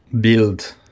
build